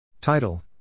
Title